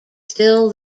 still